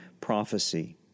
prophecy